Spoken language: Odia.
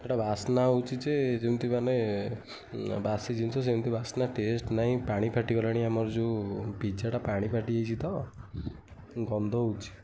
ସେଟା ବାସ୍ନା ହେଉଛି ଯେ ଯେମିତି ମାନେ ବାସି ଜିନିଷ ସେମିତି ବାସ୍ନା ଟେଷ୍ଟ ନାଇଁ ପାଣି ଫାଟି ଗଲାଣି ଆମର ଯେଉଁ ପିଜ୍ଜାଟା ପାଣି ଫାଟି ଯାଇଛି ତ ଗନ୍ଧ ହେଉଛି